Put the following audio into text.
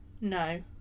No